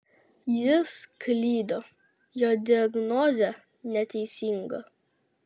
jis klydo jo diagnozė neteisinga